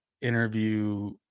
interview